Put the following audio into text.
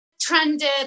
trended